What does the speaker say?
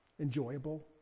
enjoyable